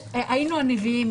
היינו ענווים,